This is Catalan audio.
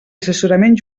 assessorament